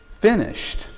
finished